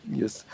yes